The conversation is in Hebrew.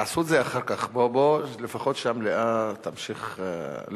תעשו את זה אחר כך, לפחות שהמליאה תמשיך לזרום.